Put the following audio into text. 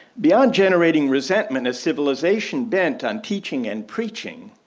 beyond generating resentment as civilization bent on teaching and preaching,